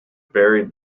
buried